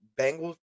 Bengals